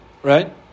Right